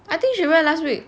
I think she went last week